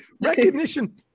recognition